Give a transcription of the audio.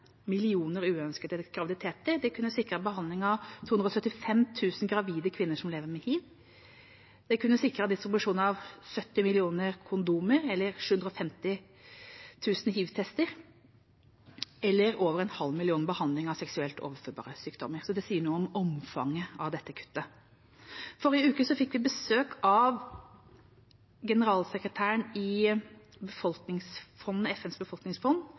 millioner uønskede graviditeter, de kunne sikret behandlingen av 275 000 gravide kvinner som lever med hiv, de kunne sikret distribusjonen av 70 millioner kondomer eller 750 000 hivtester eller over en halv million behandlinger av seksuelt overførbare sykdommer. Det sier noe om omfanget av dette kuttet. Forrige uke fikk vi besøk av generalsekretæren i FNs befolkningsfond,